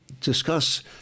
discuss